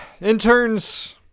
interns